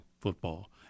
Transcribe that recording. football